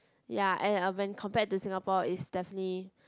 ya and um when compared to Singapore is definitely